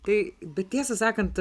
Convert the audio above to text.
tai bet tiesą sakant